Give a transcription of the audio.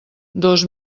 dos